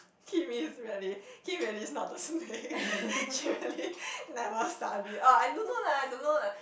Kim is really Kim really is not the snake she really never study oh I don't know lah I don't know lah